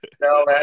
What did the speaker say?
No